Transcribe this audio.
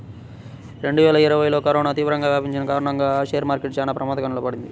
రెండువేల ఇరవైలో కరోనా తీవ్రంగా వ్యాపించిన కారణంగా షేర్ మార్కెట్ చానా ప్రమాదంలో పడింది